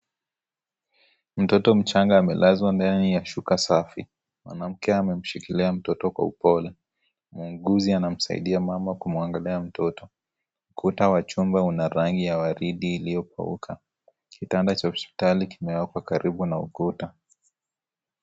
Mtoto mchanga amelazwa ndani ya shuka safi, mwanamke amemshikilia mtoto kwa upole muuguzi anamsaidia mama kumwangalia mtoto, ukuta wa chumba una rangi ya waridi iliopeuka, kitanda cha hospitali kimeekwa karibu na ukuta.